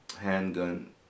handgun